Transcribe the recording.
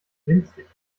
winzig